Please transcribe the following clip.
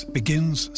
begins